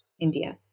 India